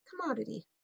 commodity